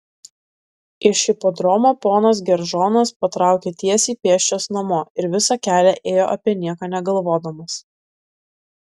iš hipodromo ponas geržonas patraukė tiesiai pėsčias namo ir visą kelią ėjo apie nieką negalvodamas